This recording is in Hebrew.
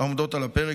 העומדות על הפרק,